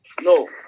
No